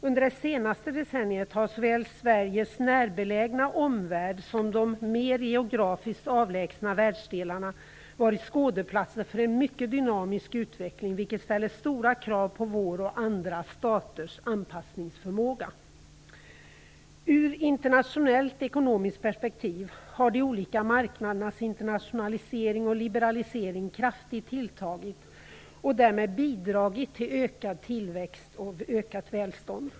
Under det senaste decenniet har såväl Sveriges närbelägna omvärld som de mer geografiskt avlägsna världsdelarna varit skådeplatsen för en mycket dynamisk utveckling, vilket ställer stora krav på vår och andra staters anpassningsförmåga. Ur internationellt ekonomiskt perspektiv har de olika marknadernas internationalisering och liberalisering kraftigt tilltagit och därmed bidragit till ökad tillväxt och ökat välstånd.